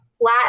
flat